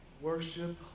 worship